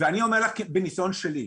ואני אומר לך מניסיון שלי,